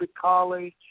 college